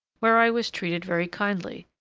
where i was treated very kindly.